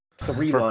three